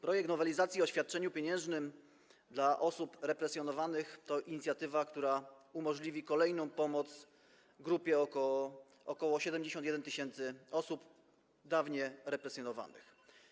Projekt nowelizacji ustawy o świadczeniu pieniężnym dla osób represjonowanych to inicjatywa, która umożliwi kolejną pomoc dla grupy ok. 71 tys. osób dawniej represjonowanych.